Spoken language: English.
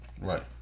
Right